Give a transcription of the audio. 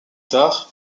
tard